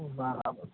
બરાબર